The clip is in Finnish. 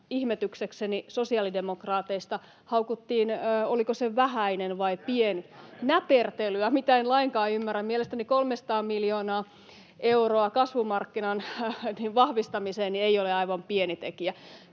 ihmetyksekseni sosiaalidemokraateista haukuttiin sanalla, oliko se ”vähäinen” vai ”pieni” [Ben Zyskowicz: Näpertelyä!] — ”näpertelyä” — mitä en lainkaan ymmärrä. Mielestäni 300 miljoonaa euroa kasvumarkkinan vahvistamiseen ei ole aivan pieni tekijä.